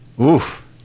oof